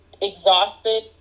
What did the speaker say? exhausted